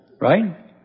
Right